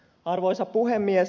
arvoisa puhemies